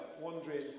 wondering